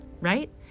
right